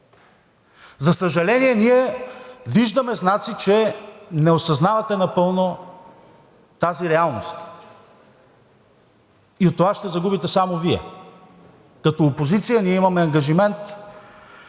За съжаление, ние виждаме знаци, че не осъзнавате напълно тази реалност и от това ще загубите само Вие. Като опозиция ние имаме ангажимент